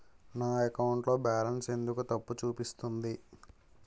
నా అకౌంట్ లో బాలన్స్ ఎందుకు తప్పు చూపిస్తుంది?